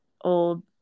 old